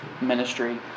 ministry